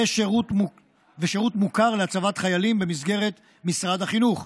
ושירות מוכר להצבת חיילים במסגרת משרד החינוך,